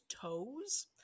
toes